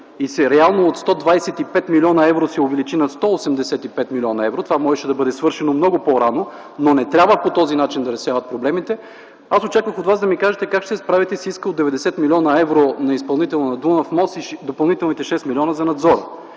и реално от 125 млн. евро средствата се увеличиха на 185 млн. евро – това можеше да бъде свършено много по-рано. Не трябва по този начин да се решават проблемите. Аз очаквах от Вас да ни кажете как ще се справите с иска от 90 млн. евро на изпълнителя на Дунав мост 2 и допълнителните 6 милиона за надзора?